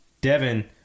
Devin